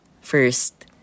first